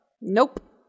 Nope